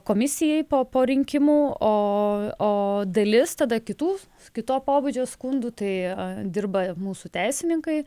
komisijai po rinkimų o dalis tada kitų kito pobūdžio skundų tai dirba mūsų teisininkai